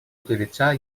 utilitzar